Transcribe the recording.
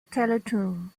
teletoon